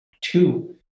two